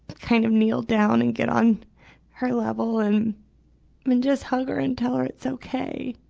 kind of kneel down and get on her level and, and just hug her and tell her it's okay.